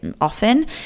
often